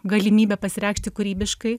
galimybė pasireikšti kūrybiškai